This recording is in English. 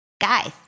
Guys